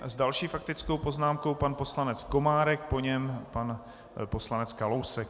S další faktickou poznámkou pan poslanec Komárek, po něm pan poslanec Kalousek.